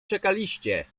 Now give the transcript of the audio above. czekaliście